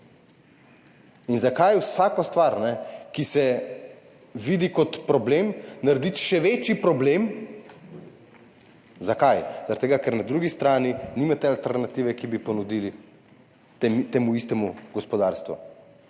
In zakaj vsako stvar, ki se vidi kot problem, narediti še večji problem? Zakaj? Zaradi tega, ker na drugi strani nimate alternative, ki bi jo ponudili temu istemu gospodarstvu.